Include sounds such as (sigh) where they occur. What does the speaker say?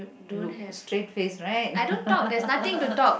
you straight face right (laughs)